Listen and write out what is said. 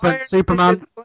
Superman